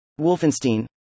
Wolfenstein